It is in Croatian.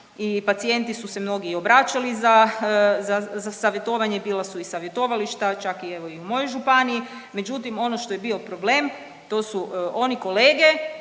i pacijenti su se mnogi i obraćali za savjetovanje, bila i savjetovališta čak i evo u mojoj županiji, međutim ono što je bio problem to su oni kolege